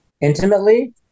intimately